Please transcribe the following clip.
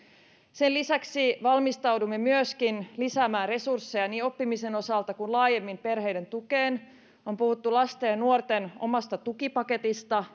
sen lisäksi valmistaudumme myöskin lisäämään resursseja niin oppimisen osalta kuin laajemmin perheiden tukeen on puhuttu lasten ja nuorten omasta tukipaketista